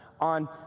on